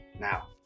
Now